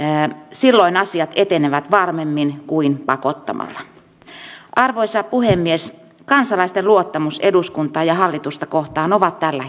silloin asiat etenevät varmemmin kuin pakottamalla arvoisa puhemies kansalaisten luottamus eduskuntaa ja hallitusta kohtaan on tällä